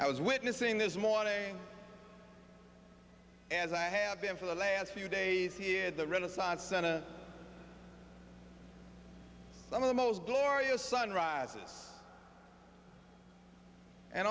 i was witnessing this morning as i have been for the last few days here at the renaissance center one of the most glorious sun rises and